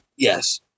yes